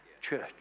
church